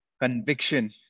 conviction